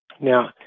Now